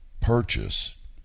purchase